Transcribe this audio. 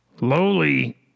lowly